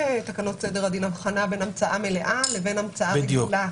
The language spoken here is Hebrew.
בתקנות סדר הדין אין הבחנה בין המצאה מלאה לבין המצאה רגילה.